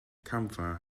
camfa